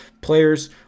players